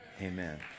amen